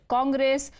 Congress